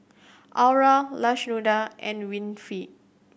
Aura Lashunda and Winifred